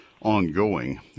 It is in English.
ongoing